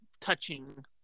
touching